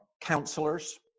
counselors